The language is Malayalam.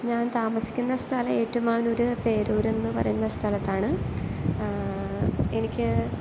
ഞാൻ താമസിക്കുന്ന സ്ഥലം ഏറ്റുമാനൂര് പേരൂരെന്നു പറയുന്ന സ്ഥലത്താണ് എനിക്ക്